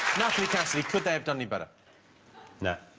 naturally cassidy, could they have done you better no